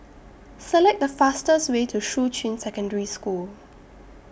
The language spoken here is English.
Select The fastest Way to Shuqun Secondary School